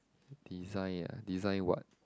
design ah design what